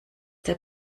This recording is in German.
der